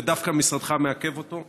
ודווקא משרדך מעכב אותו.